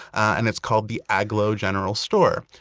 and it's called the agloe general store.